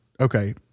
Okay